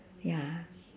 ya